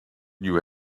you